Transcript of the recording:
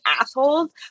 assholes